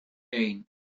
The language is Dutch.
één